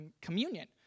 communion